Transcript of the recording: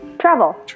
Travel